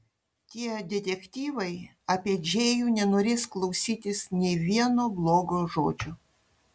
tie detektyvai apie džėjų nenorės klausytis nė vieno blogo žodžio